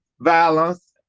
violence